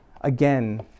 again